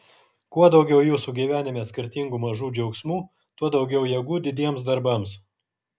kuo daugiau jūsų gyvenime skirtingų mažų džiaugsmų tuo daugiau jėgų didiems darbams